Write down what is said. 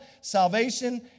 Salvation